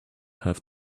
half